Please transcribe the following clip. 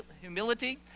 humility